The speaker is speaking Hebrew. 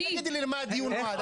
אל תגידי לי למה הדיון נועד.